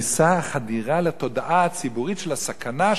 החדירה לתודעה הציבורית של הסכנה של הילדים המשחירים.